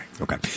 Okay